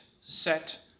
set